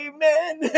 Amen